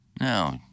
no